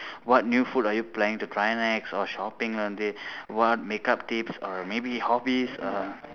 what new food are you planning to try next or shopping on the what makeup tips or maybe hobbies uh